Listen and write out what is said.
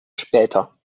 später